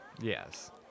Yes